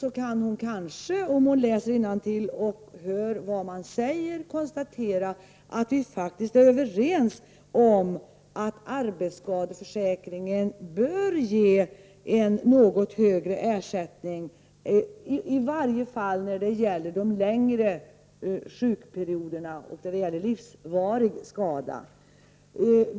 Margö Ingvardsson kan kanske, om hon läser innantill och lyssnar till vad som sägs, konstatera att vi faktiskt är överens om att arbetsskadeförsäk ringen bör ge något högre ersättning, i varje fall när det gäller längre sjukperioder och livsvarig skada.